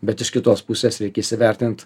bet iš kitos pusės reikia įsivertint